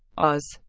oz,